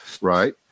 Right